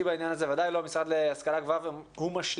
בעניין הזה ודאי לא המשרד להשכלה גבוהה ומשלימה,